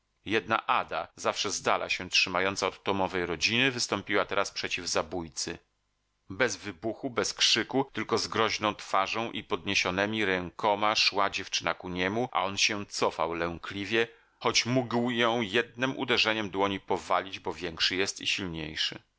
jedna ada zawsze zdala się trzymająca od tomowej rodziny wystąpiła teraz przeciw zabójcy bez wybuchu bez krzyku tylko z groźną twarzą i podniesionemi rękoma szła dziewczyna ku niemu a on się cofał lękliwie choć mógł ją jednem uderzeniem dłoni powalić bo większy jest i silniejszy